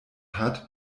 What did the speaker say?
hat